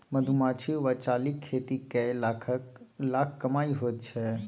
मधुमाछी वा चालीक खेती कए लाखक लाख कमाई होइत छै